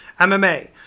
MMA